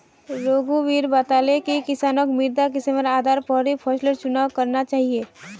रघुवीर बताले कि किसानक मृदा किस्मेर आधार पर ही फसलेर चुनाव करना चाहिए